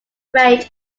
range